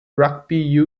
rugby